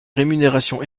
rémunération